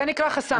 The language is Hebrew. זה נקרא חסם.